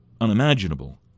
unimaginable